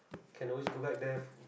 can always go back there